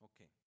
Okay